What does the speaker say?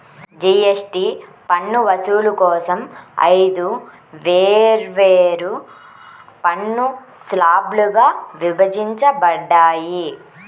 GST పన్ను వసూలు కోసం ఐదు వేర్వేరు పన్ను స్లాబ్లుగా విభజించబడ్డాయి